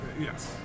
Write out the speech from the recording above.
Yes